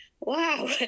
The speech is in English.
wow